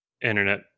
internet